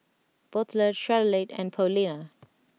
Butler Charolette and Paulina